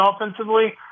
offensively